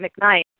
McKnight